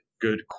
good